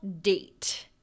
date